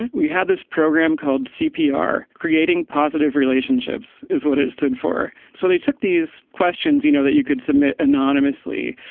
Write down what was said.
we had this program called c p r. creating positive relationships is what it stood for. so they took these questions, you know, that you could submit anonymously.